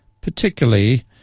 particularly